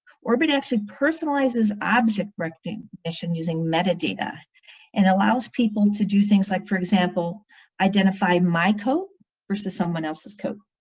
orbit actually personalizes object recognition using metadata and allows people to do things like for example identify michael versus someone else's code.